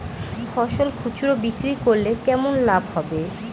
ফসল খুচরো বিক্রি করলে কেমন লাভ হবে?